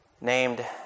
named